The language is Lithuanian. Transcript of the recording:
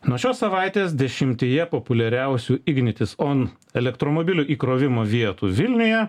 nuo šios savaitės dešimtyje populiariausių ignitis on elektromobilių įkrovimo vietų vilniuje